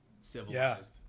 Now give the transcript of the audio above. civilized